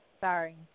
Sorry